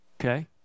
okay